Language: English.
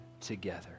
together